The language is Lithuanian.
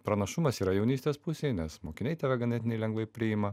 pranašumas yra jaunystės pusėj nes mokiniai tave ganėtinai lengvai priima